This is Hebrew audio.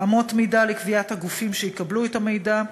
אמות מידה לקביעת הגופים שיקבלו את המידע,